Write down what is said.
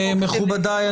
מכובדיי,